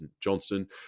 Johnston